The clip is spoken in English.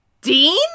Dean